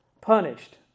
punished